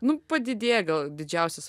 nu padidėja gal didžiausias